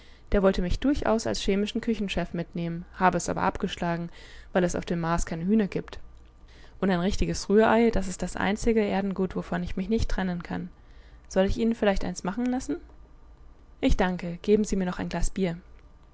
der wollte mich durchaus als chemischen küchenchef mitnehmen habe es aber abgeschlagen weil es auf dem mars keine hühner gibt und ein richtiges rührei das ist das einzige erdengut wovon ich mich nicht trennen kann soll ich ihnen vielleicht eins machen lassen ich danke geben sie mir noch ein glas bier